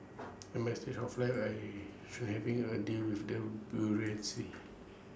at my stage of life I shun having A deal with the bureaucracy